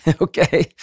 Okay